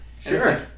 Sure